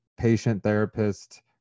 patient-therapist